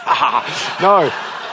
no